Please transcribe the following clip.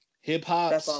Hip-hop